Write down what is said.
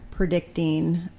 predicting